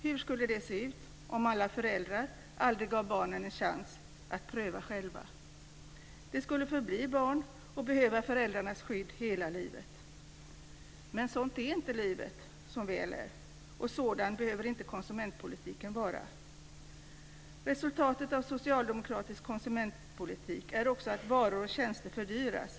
Hur skulle det se ut om föräldrar aldrig gav barnen en chans att pröva själva? De skulle förbli barn och behöva föräldrarnas skydd hela livet. Men sådant är inte livet, som väl är, och sådan behöver inte konsumentpolitiken vara. Resultatet av socialdemokratisk konsumentpolitik är också att varor och tjänster fördyras.